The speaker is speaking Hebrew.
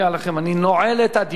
אני נועל את הדיון.